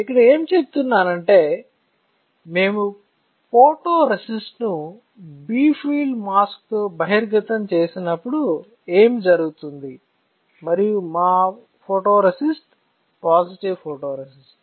ఇక్కడ ఏమి చెప్తున్నానంటే మేము ఫోటోరేసిస్ట్ను బి ఫీల్డ్ మాస్క్తో బహిర్గతం చేసినప్పుడు ఏమి జరుగుతుంది మరియు మా ఫోటోరేసిస్ట్ పాజిటివ్ ఫోటోరేసిస్ట్